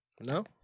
No